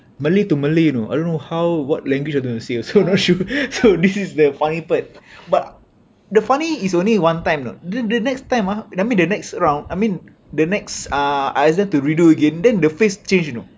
malay to malay you know I don't know how what language I want to say also not sure so this is the funny part but the funny is only one time you know lah the the next time ah I mean the next round I mean the next uh I ask them to redo again then the face change you know